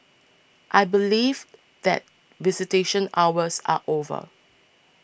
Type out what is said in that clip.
I believe that visitation hours are over